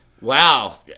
wow